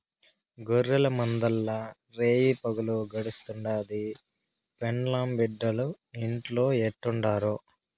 గొర్రెల మందల్ల రేయిపగులు గడుస్తుండాది, పెండ్లాం బిడ్డలు ఇంట్లో ఎట్టుండారో